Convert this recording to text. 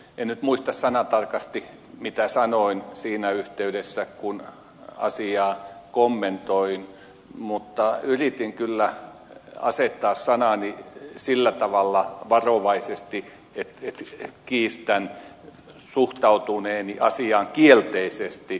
en nyt muista sanatarkasti mitä sanoin siinä yhteydessä kun asiaa kommentoin mutta yritin kyllä asettaa sanani sillä tavalla varovaisesti että kiistän suhtautuneeni asiaan kielteisesti